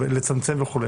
לצמצם וכו',